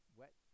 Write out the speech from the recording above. wet